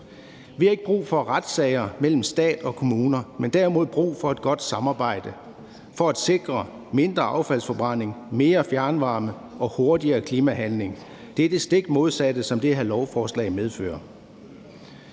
Vi har ikke brug for retssager mellem stat og kommuner, men derimod brug for et godt samarbejde for at sikre mindre affaldsforbrænding, mere fjernvarme og hurtigere klimahandling. Det er det stik modsatte af, hvad det her lovforslag medfører.